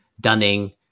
Dunning